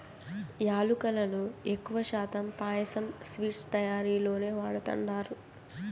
యాలుకలను ఎక్కువ శాతం పాయసం, స్వీట్స్ తయారీలోనే వాడతండారు